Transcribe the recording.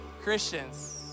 Christians